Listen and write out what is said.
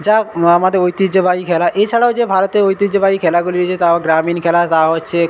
যা আমাদের ঐতিহ্যবাহী খেলা এছাড়াও যে ভারতের ঐতিহ্যবাহী খেলাগুলি হচ্ছে তাও গ্রামীণ খেলা তা হচ্ছে